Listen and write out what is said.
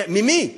ממי?